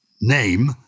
name